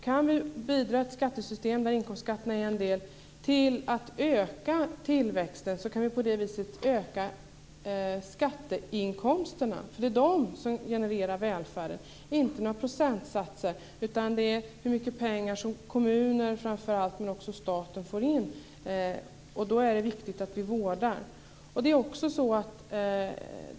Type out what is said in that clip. Kan vi bidra till att öka tillväxten med ett skattesystem där inkomstskatterna är en del, kan vi på det viset öka skatteinkomsterna. Det är de som genererar välfärd, inte några procentsatser. Det är fråga om hur mycket pengar framför allt kommuner men också staten får in. Då är det viktigt att vi vårdar dem.